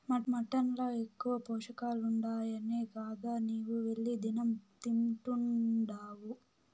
mutton ల ఎక్కువ పోషకాలుండాయనే గదా నీవు వెళ్లి దినం తింటున్డావు